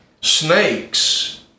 Snakes